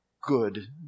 good